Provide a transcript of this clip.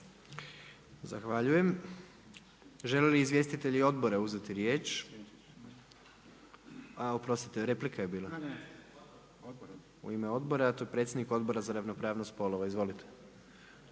Zahvaljujem. Žele li izvjestitelji odbora uzeti riječ? Oprostite, replika je bila? U ime odbora, a to je predsjednik Odbora za ravnopravnost spolova. Izvolite.